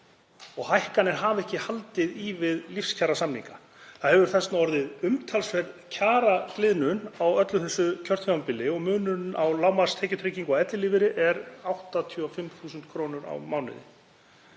og hækkanir hafa ekki haldið í við lífskjarasamninga. Það hefur þess vegna orðið umtalsverð kjaragliðnun á öllu þessu kjörtímabili og munurinn á lágmarkstekjutryggingu og ellilífeyri er 85.000 kr. á mánuði.